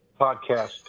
Podcast